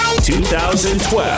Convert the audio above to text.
2012